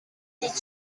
did